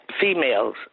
females